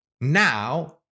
now